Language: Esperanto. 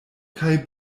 kaj